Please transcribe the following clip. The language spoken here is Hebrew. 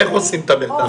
ואיך עושים את המרדף.